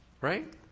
right